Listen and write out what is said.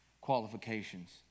qualifications